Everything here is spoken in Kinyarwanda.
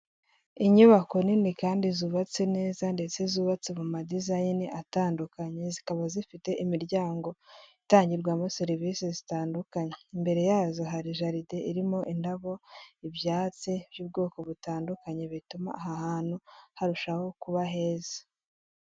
Inyubako nini kandi zubatse neza ndetse zubatse mu madizayini atandukanye, zikaba zifite imiryango itangirwamo serivisi zitandukanye, imbere yazo hari jaride irimo indabo, ibyatsi by'ubwoko butandukanye, bituma aha hantu harushaho kuba heza.